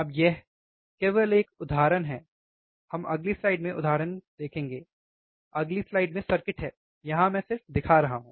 अब यह केवल एक उदाहरण है ठीक है हम अगली स्लाइड में उदाहरण देखेंगे अगली स्लाइड में सर्किट है यहाँ मैं सिर्फ दिखा रहा हूं